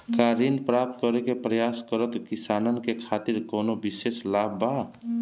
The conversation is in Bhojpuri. का ऋण प्राप्त करे के प्रयास करत किसानन के खातिर कोनो विशेष लाभ बा